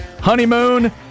honeymoon